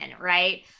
right